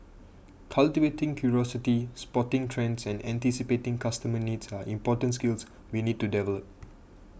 cultivating curiosity spotting trends and anticipating customer needs are important skills we need to develop